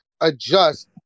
adjust